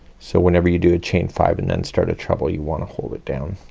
so whenever you do a chain five, and then start a treble, you want to hold it down.